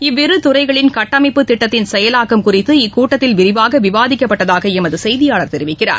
இவ்விரு துறைகளின் கட்டமைப்புத் திட்டத்தின் செயலாக்கம் குறித்து இக்கூட்டத்தில் விரிவாக விவாதிக்கப்பட்டதாக எமது செய்தியாளர் தெரிவிக்கிறார்